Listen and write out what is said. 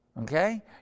okay